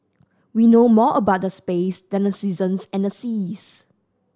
we know more about the space than the seasons and the seas